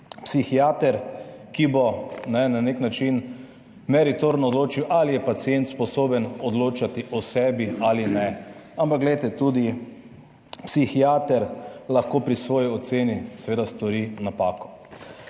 psihiater, ki bo na nek način meritorno odločil, ali je pacient sposoben odločati o sebi ali ne. Ampak tudi psihiater lahko pri svoji oceni seveda stori napako.